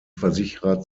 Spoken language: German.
versicherer